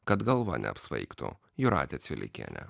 kad galva neapsvaigtų jūratė cvilikienė